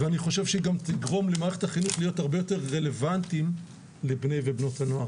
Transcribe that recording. היא תגרום למערכת החינוך להיות הרבה יותר רלוונטית לבני הנוער.